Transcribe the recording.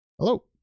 Hello